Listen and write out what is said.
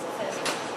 שמומשו?